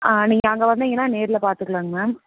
ஆ நீங்கள் அங்கே வந்திங்கன்னா நேரில் பார்த்துக்கலாங்க மேம்